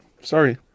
Sorry